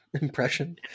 impression